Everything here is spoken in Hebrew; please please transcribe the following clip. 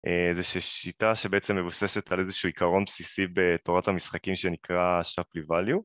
אה... זה איזושהו שיטה שבעצם מבוססת על איזשהו עיקרון בסיסי בתורת המשחקים שנקרא... Shapley value.